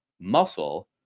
muscle